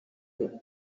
myiza